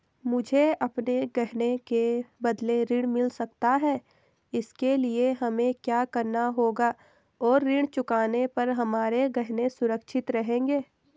मुझे अपने गहने के बदलें ऋण मिल सकता है इसके लिए हमें क्या करना होगा और ऋण चुकाने पर हमारे गहने सुरक्षित रहेंगे?